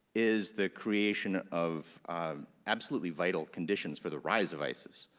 is the creation of absolutely vital conditions for the rise of isis,